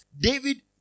David